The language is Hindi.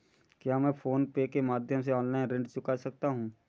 क्या मैं फोन पे के माध्यम से ऑनलाइन ऋण चुका सकता हूँ?